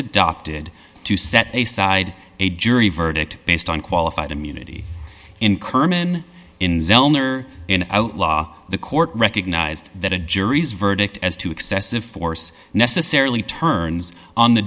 adopted to set a side a jury verdict based on qualified immunity in kerman in law the court recognized that a jury's verdict as to excessive force necessarily turns on the